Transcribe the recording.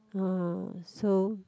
uh so